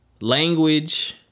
language